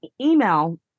email